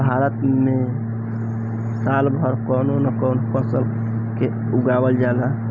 भारत में साल भर कवनो न कवनो फसल के उगावल जाला